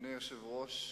אדוני היושב-ראש,